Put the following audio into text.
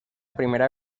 primera